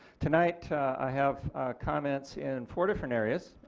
tonight i have comments in four different areas.